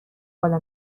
بالا